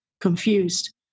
confused